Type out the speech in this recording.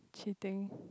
cheating